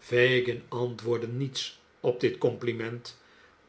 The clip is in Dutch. fagin antwoordde niets op dit compliment